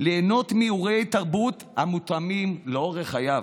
ליהנות מאירועי תרבות המותאמים לאורח חייו.